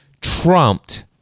trumped